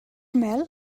mel